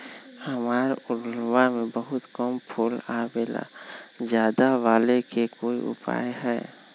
हमारा ओरहुल में बहुत कम फूल आवेला ज्यादा वाले के कोइ उपाय हैं?